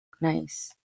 Nice